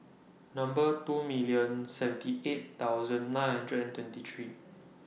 Number two million seventy eight thousand nine hundred and twenty three